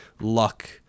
luck